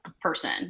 person